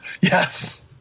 Yes